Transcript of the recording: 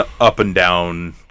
up-and-down